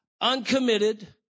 uncommitted